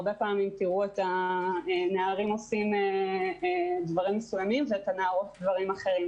הרבה פעמים תראו את הנערים עושים דברים מסוימים ואת הנערות דברים אחרים.